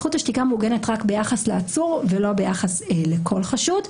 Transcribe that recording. זכות השתיקה מעוגנת רק ביחס לעצור ולא ביחס לכל חשוד.